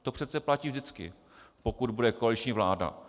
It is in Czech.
To přece platí vždycky, pokud bude koaliční vláda.